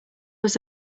was